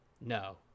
No